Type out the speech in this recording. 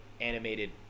animated